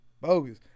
Bogus